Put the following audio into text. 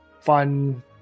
fun